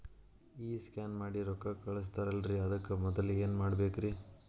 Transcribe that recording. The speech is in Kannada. ಈ ಸ್ಕ್ಯಾನ್ ಮಾಡಿ ರೊಕ್ಕ ಕಳಸ್ತಾರಲ್ರಿ ಅದಕ್ಕೆ ಮೊದಲ ಏನ್ ಮಾಡ್ಬೇಕ್ರಿ?